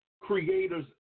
Creators